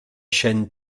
chaîne